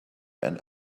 and